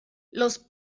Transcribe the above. los